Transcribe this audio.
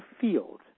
field